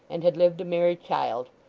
and had lived a merry child,